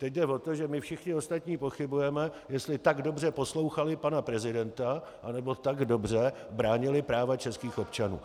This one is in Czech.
Teď jde o to, že my všichni ostatní pochybujeme, jestli tak dobře poslouchali pana prezidenta, anebo tak dobře bránili práva českých občanů.